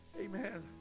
Amen